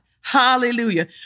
Hallelujah